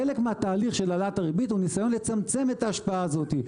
חלק מהתהליך של העלאת הריבית הוא ניסיון לצמצם את ההשפעה הזאת.